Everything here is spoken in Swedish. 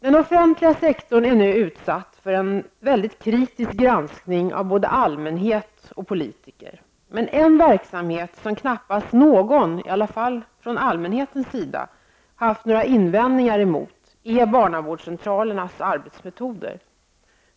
Den offentliga sektorn är i dag utsatt för en väldigt kritisk granskning av både allmänhet och politiker. Men en verksamhet som knappast någon, i varje fall från allmänhetens sida, har haft några invändningar emot är barnavårdscentralernas arbetsmetoder.